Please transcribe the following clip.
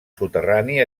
soterrani